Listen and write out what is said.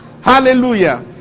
Hallelujah